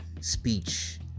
speech